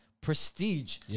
Prestige